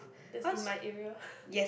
that's in my area